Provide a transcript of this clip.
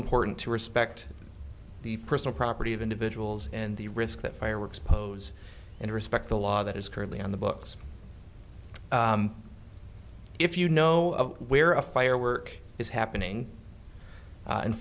important to respect the personal property of individuals and the risk that fireworks pose and respect the law that is currently on the books if you know where a firework is happening and